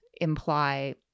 imply